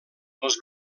pels